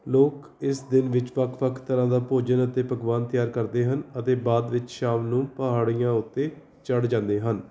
ਲੋਕ ਇਸ ਦਿਨ ਵੱਖ ਵੱਖ ਤਰ੍ਹਾਂ ਦਾ ਭੋਜਨ ਅਤੇ ਪਕਵਾਨ ਤਿਆਰ ਕਰਦੇ ਹਨ ਅਤੇ ਬਾਅਦ ਵਿੱਚ ਸ਼ਾਮ ਨੂੰ ਪਹਾੜੀਆਂ ਉੱਤੇ ਚੜ੍ਹ ਜਾਂਦੇ ਹਨ